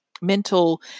Mental